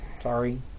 Sorry